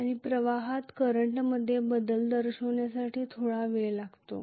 आणि प्रवाहात करंटमध्ये बदल दर्शविण्यासाठी थोडा वेळ लागतो